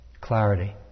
Clarity